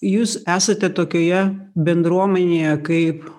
jūs esate tokioje bendruomenėje kaip